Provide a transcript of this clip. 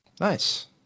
nice